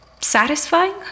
satisfying